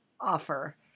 offer